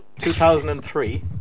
2003